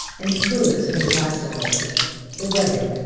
and full as fantastical the wedding,